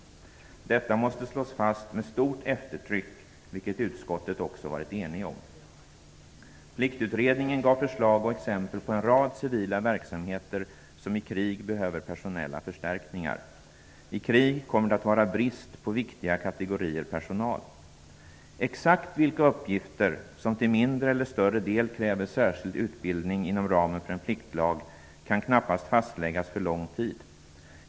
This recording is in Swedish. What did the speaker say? Detta måste slås fast med stort eftertryck, vilket utskottet också har varit enigt om. Pliktutredningen gav förslag och exempel på en rad civila verksamheter som i krig behöver personella förstärkningar. I krig kommer det att vara brist på viktiga kategorier personal. Exakt vilka uppgifter som till mindre eller större del kräver särskild utbildning inom ramen för en pliktlag kan knappast fastläggas för en lång tid.